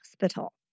hospital